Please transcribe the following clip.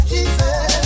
Jesus